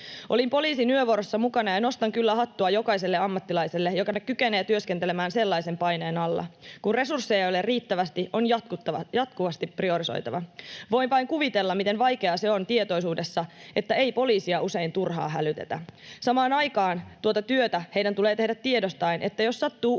Olin poliisin yövuorossa mukana, ja nostan kyllä hattua jokaiselle ammattilaiselle, joka kykenee työskentelemään sellaisen paineen alla. Kun resursseja ei ole riittävästi, on jatkuvasti priorisoitava. Voin vain kuvitella, miten vaikeaa se on tietoisuudessa, että ei poliisia usein turhaan hälytetä. Samaan aikaan tuota työtä heidän tulee tehdä tiedostaen, että jos sattuu useampi